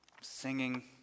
singing